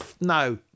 No